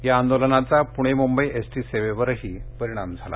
या आंदोलनाचा Pune Mumbai S T सेवेवरही परिणाम झाला